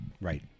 Right